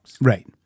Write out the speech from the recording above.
Right